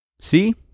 See